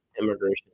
immigration